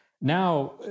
Now